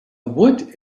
would